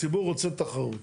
הציבור רוצה תחרות,